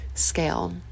scale